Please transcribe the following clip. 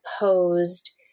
opposed